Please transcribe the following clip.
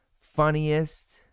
funniest